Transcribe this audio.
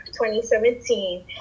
2017